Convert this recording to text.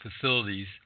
facilities